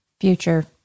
future